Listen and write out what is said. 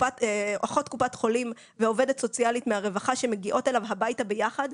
אחות קופת חולים ועובדת סוציאלית מהרווחה שמגיעות אליו הביתה ביחד,